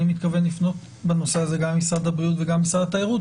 אני מתכוון לפנות בנושא הזה גם למשרד הבריאות וגם למשרד התיירות.